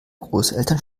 großeltern